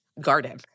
garden